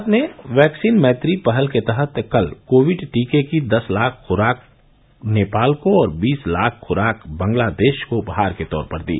भारत ने वैक्सीन मैत्री पहल के तहत कल कोविड टीके की दस लाख खुराक नेपाल को और बीस लाख खुराक बांग्लादेश को उपहार के तौर पर दी